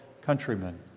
countrymen